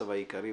הצו העיקרי),